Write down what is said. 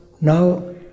now